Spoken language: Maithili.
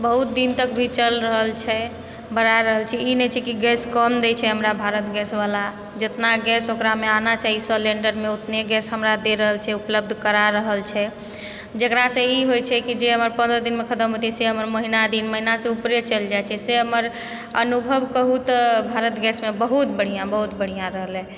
बहुत दिन तक भी चलि रहल छै भरा रहल छै ई नइ छै कि गैस कम दै छै हमरा भारत गैसवला जेतना गैस ओकरामे आना चाही सेलेन्डरमे उतने गैस हमरा दए रहल छै उपलब्ध करा रहल छै जकरासँ ई होइ छै कि जे हमर पन्द्रह दिनमे खतम होइतै से हमर महीना दिन महीनासँ ऊपरे चलि जाइ छै से हमर अनुभव कहुँ तऽ भारत गैसमे बहुत बढ़िआँ बहुत बढ़िआँ रहलै